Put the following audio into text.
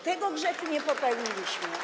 Tego grzechu nie popełniliśmy.